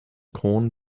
corn